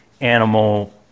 animal